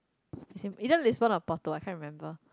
it's in it just list one of photo I can't remember